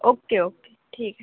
okay okay ठीक आहे